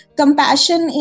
compassion